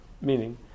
meaning